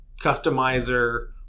customizer